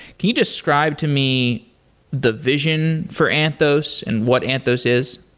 can you describe to me the vision for anthos and what anthos is?